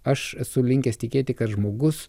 aš esu linkęs tikėti kad žmogus